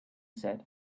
said